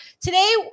today